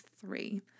three